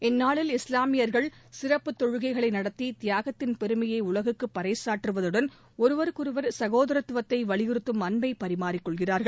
இந்நாளில் இஸ்லாமியர்கள் சிறப்புத் தொழுகைகளை நடத்தி தியாகத்தின் பெருமையை உலகுக்கு பறை சாற்றுவதுடன் ஒருவருக்கொருவர் சகோதரத்துவத்தை வலியுறத்தும் அன்பை பரிமாறிக் கொள்கிறார்கள்